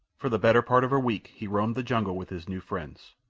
for the better part of a week he roamed the jungle with his new friends,